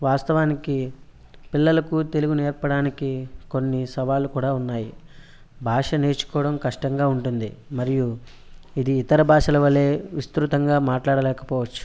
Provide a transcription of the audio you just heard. వాస్తవానికి పిల్లలకు తెలుగు నేర్పడానికి కొన్ని సవాళ్ళు కూడా ఉన్నాయి భాష నేర్చుకోవడం కష్టంగా ఉంటుంది మరియు ఇది ఇతర భాషల వలే విస్తృతంగా మాట్లాడలేక పోవచ్చు